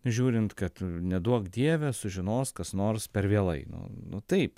žiūrint kad neduok dieve sužinos kas nors per vėlai nu nu taip